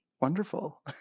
Wonderful